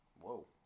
Whoa